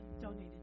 donated